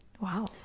Wow